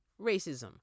Racism